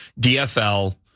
DFL